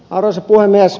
arvoisa puhemies